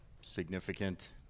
significant